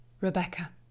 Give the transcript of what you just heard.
Rebecca